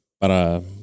para